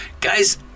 Guys